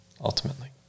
ultimately